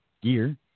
gear